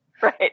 Right